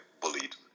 bullied